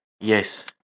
Yes